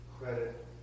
credit